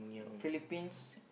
got Phillipines